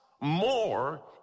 more